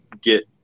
get